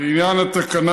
קביעת הסדרים לעניין התקנה,